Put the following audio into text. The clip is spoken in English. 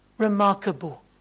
remarkable